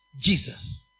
Jesus